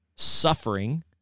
Suffering